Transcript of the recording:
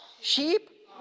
Sheep